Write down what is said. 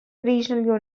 regional